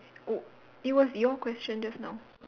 oh it was your question just now